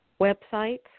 websites